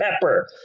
Pepper